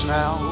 now